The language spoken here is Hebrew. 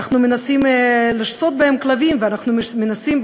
אנחנו מנסים לשסות בהם כלבים ואנחנו מנסים,